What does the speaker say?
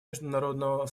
международного